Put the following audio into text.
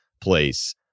place